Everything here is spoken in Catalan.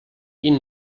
quin